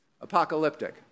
Apocalyptic